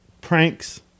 pranks